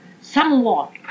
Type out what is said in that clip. somewhat